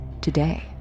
today